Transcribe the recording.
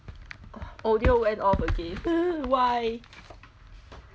audio went off again why